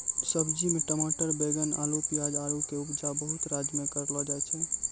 सब्जी मे टमाटर बैगन अल्लू पियाज आरु के उपजा बहुते राज्य मे करलो जाय छै